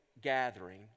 gathering